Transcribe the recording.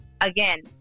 again